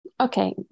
Okay